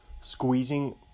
squeezing